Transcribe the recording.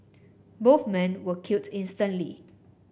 both men were killed instantly